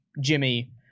Jimmy